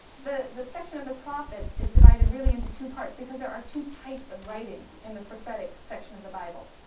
the the section of the prophets is divided really into two parts, because there are two types of writing in the prophetic section of the bible.